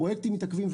פרויקטים מתעכבים,